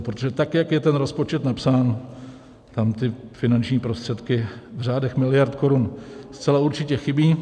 Protože tak jak je ten rozpočet napsán, tam ty finanční prostředky v řádech miliard korun zcela určitě chybí.